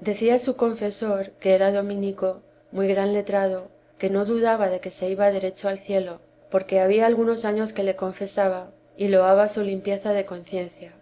decía su confesor que era dominico muy gran letrado que no dudaba de que se iba derecho al cielo porque había algunos años que le confesaba y loaba su limpieza de conciencia